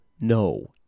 no